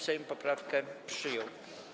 Sejm poprawkę przyjął.